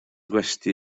gwesty